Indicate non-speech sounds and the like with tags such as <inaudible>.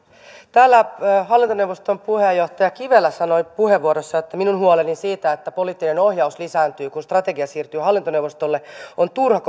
täällä hallintoneuvoston puheenjohtaja kivelä sanoi puheenvuorossaan että minun huoleni siitä että poliittinen ohjaus lisääntyy kun strategia siirtyy hallintoneuvostolle on turha <unintelligible>